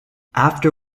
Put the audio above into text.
after